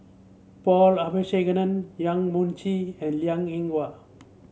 Paul Abisheganaden Yang Mun Chee and Liang Eng Hwa